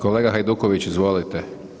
Kolega Hajduković, izvolite.